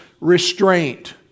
restraint